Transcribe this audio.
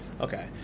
okay